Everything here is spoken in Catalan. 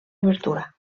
obertura